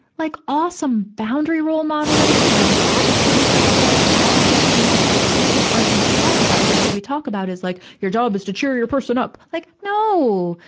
like awesome boundary role modeling and advocating for yourself and all of these things. like these just aren't things we talk about, because what we talk about is like your job is to cheer your person up. like, no!